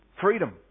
freedom